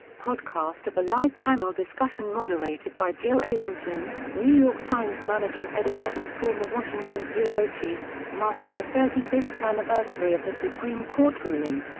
podcast of a live panel discussion moderated by jill abramson, new york times managing editor and former washington bureau chief, marking the thirty fifth anniversary of the supreme court ruling.